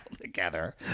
together